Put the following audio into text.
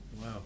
Wow